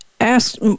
asked